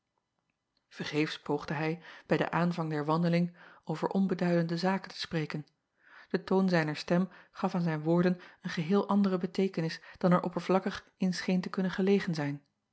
ergeefs poogde hij bij den aanvang der wandeling over onbeduidende zaken te spreken de toon zijner stem gaf aan zijn woorden een geheel andere beteekenis dan er oppervlakkig in scheen te kunnen gelegen zijn